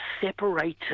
separated